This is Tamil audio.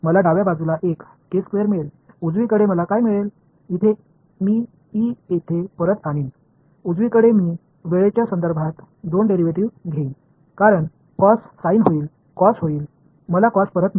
நான் இங்கே மீண்டும் E ஐப் பெறுவேன் வலது புறம் நேரத்தைப் பொறுத்து இரண்டு டிரைவேடிவ் களை எடுத்துக்கொள்வேன் cos ஆனது sin ஆக மாறும் sin cosஆகிவிடும்